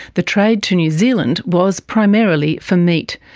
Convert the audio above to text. the trade to new zealand was primarily for meat.